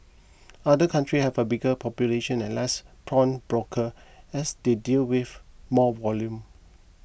other country have a bigger population and less pawnbroker as they deal with more volume